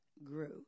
grew